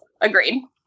Agreed